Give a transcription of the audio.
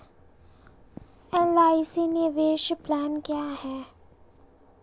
LIC निवेश plan क्या है?